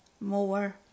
more